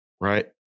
Right